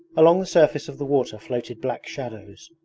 along the surface of the water floated black shadows,